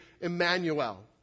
Emmanuel